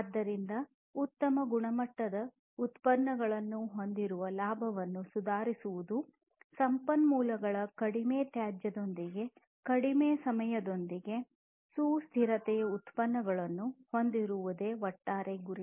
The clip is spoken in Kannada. ಆದ್ದರಿಂದ ಉತ್ತಮ ಗುಣಮಟ್ಟದ ಉತ್ಪನ್ನಗಳನ್ನು ಹೊಂದಿರುವ ಲಾಭವನ್ನು ಸುಧಾರಿಸುವುದು ಸಂಪನ್ಮೂಲಗಳ ಕಡಿಮೆ ತ್ಯಾಜ್ಯದೊಂದಿಗೆ ಕಡಿಮೆ ಸಮಯದೊಂದಿಗೆ ಸುಸ್ಥಿರತೆಯ ಉತ್ಪನ್ನಗಳನ್ನು ಹೊಂದಿರುವುದೇ ಒಟ್ಟಾರೆ ಗುರಿ